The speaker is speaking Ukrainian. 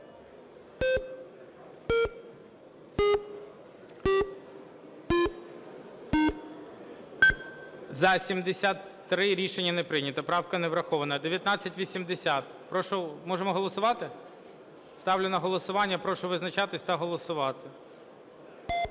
За-73 Рішення не прийнято. Правка не врахована. 1980. Можемо голосувати? Ставлю на голосування. Прошу визначатись та голосувати.